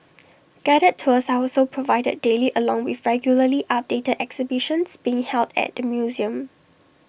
guided tours are also provided daily along with regularly updated exhibitions being held at the museum